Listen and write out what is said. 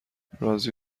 رازی